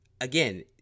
again